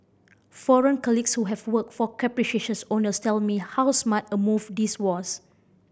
foreign colleagues who have worked for capricious owners tell me how smart a move this was